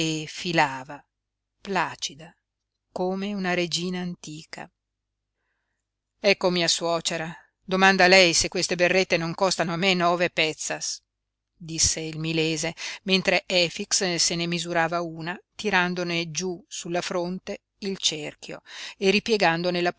filava placida come una regina antica ecco mia suocera domanda a lei se queste berrette non costano a me nove pezzas disse il milese mentre efix se ne misurava una tirandone giú sulla fronte il cerchio e ripiegandone la